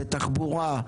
בתחבורה,